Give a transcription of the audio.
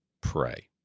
Pray